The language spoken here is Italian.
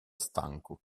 stanco